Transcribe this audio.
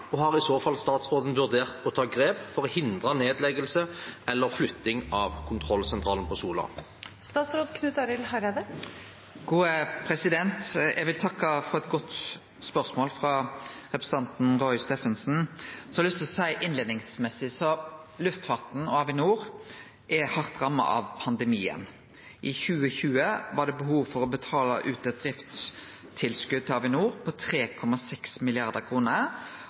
og har i så fall statsråden vurdert å ta grep for å hindre nedleggelse eller flytting av kontrollsentralen på Sola?» Eg vil takke for eit godt spørsmål frå representanten Roy Steffensen. Eg har lyst til å seie innleiingsvis at luftfarten og Avinor er hardt ramma av pandemien. I 2020 var det behov for å betale ut eit driftstilskot til Avinor på 3,6